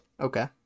okay